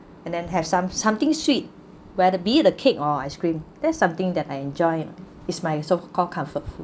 and then have some something sweet whether be the cake or ice cream that's something that I enjoy is my so called comfort food